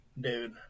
dude